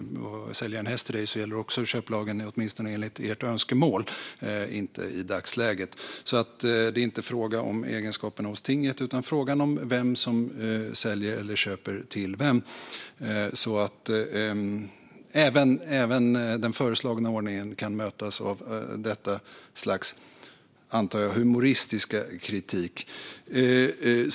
Säljer jag en häst till dig gäller också köplagen, åtminstone enligt ert önskemål men inte i dagsläget. Det är inte fråga om egenskaperna hos tinget utan fråga om vem som säljer eller köper till vem. Även den föreslagna ordningen kan mötas av detta slags, antar jag, humoristiska kritik.